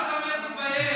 לא מתבייש.